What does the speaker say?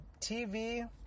TV